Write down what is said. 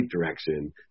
direction